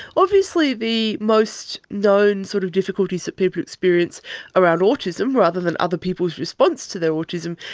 obviously the most known sort of difficulties that people experience around autism rather than other people's response to their autism,